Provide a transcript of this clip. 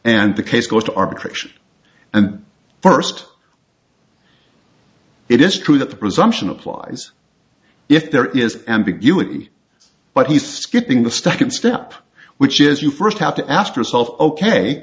and the case goes to arbitration and first it is true that the presumption applies if there is ambiguity but he's skipping the step in step which is you first have to ask yourself ok